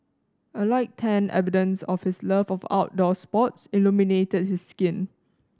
a light tan evidence of his love of outdoor sports illuminated his skin